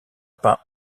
peint